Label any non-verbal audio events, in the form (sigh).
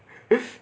(breath)